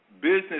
business